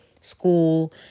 School